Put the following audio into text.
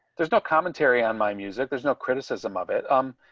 there's no commentary on my music. there's no criticism of it. um,